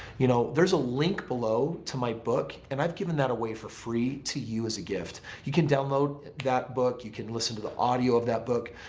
you know there's a link below to my book and i've given that away for free to you as a gift. you can download that book, you can listen to the audio of that book,